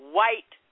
white